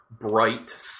Bright